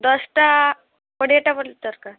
ଦଶଟା କୋଡ଼ିଏଟା ଭଳି ଦରକାର